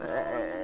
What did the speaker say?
आँय